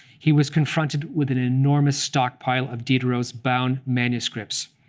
he was confronted with an enormous stockpile of diderot's bound manuscripts.